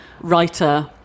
writer